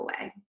away